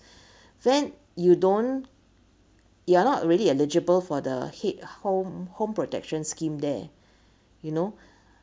then you don't you are not really eligible for the head home home protection scheme there you know